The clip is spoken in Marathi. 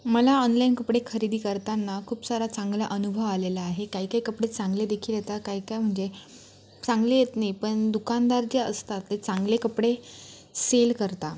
मला ऑनलाईन कपडे खरेदी करताना खूप सारा चांगला अनुभव आलेला आहे काही काही कपडे चांगले देखील येतात काही काही म्हणजे चांगले येत नाही पण दुकानदार जे असतात ते चांगले कपडे सेल करतात